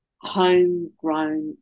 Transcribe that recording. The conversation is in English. homegrown